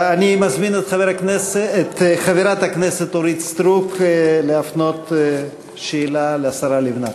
אני מזמין את חברת הכנסת אורית סטרוק להפנות שאלה לשרה לבנת.